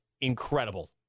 incredible